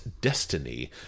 Destiny